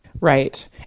right